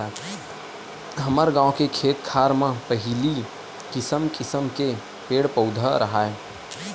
हमर गाँव के खेत खार म पहिली किसम किसम के पेड़ पउधा राहय